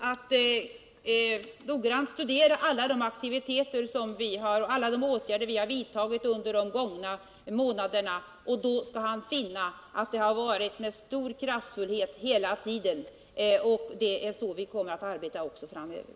Herr talman! Jag skulle vilja rekommendera Per Gahrton att noggrant studera alla de åtgärder vi har vidtagit under de gångna månaderna. Då skulle han finna att vi hela tiden agerat med stor kraft. Det är så vi kommer att arbeta också framöver.